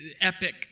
epic